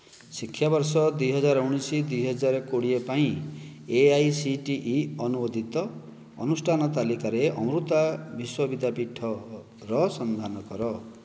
ଶିକ୍ଷାବର୍ଷ ଦୁଇହଜାର ଊଣେଇଶି ଦୁଇହଜାର କୋଡିଏ ପାଇଁ A I C T E ଅନୁମୋଦିତ ଅନୁଷ୍ଠାନ ତାଲିକାରେ ଅମୃତା ବିଶ୍ୱ ବିଦ୍ୟାପୀଠ ର ସନ୍ଧାନ କର